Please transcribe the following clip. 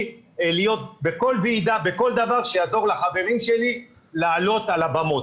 להיות בכל ועידה ובכל דבר שיעזור לחברים שלי לעלות על הבמות.